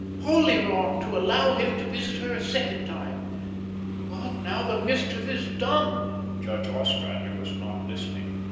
wholly wrong to allow him to visit her a second time but now the mischief is done judge ostrander was not listening.